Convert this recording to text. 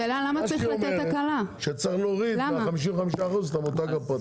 היא אומרת שצריך להוריד מה-55% את המותג הפרטי.